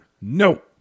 No